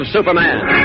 Superman